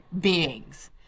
beings